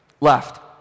left